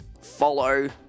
follow